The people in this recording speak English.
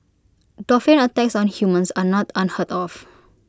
dolphin attacks on humans are not unheard of